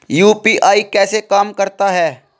UPI कैसे काम करता है?